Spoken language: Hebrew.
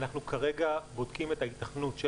אנחנו כרגע בודקים את ההיתכנות של